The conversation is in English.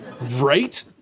Right